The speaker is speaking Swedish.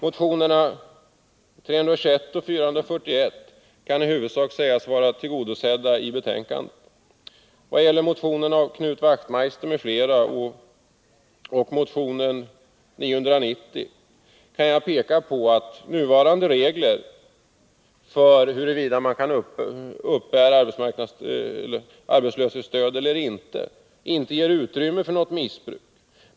Motionerna 321 och 441 kan i huvudsak sägas ha blivit tillgodosedda genom utskottets skrivning. Vad beträffar motion 744 av Knut Wachtmeister m.fl. och motion 990 kan jag peka på att nuvarande regler för arbetslöshetsunderstöd inte ger utrymme för något missbruk.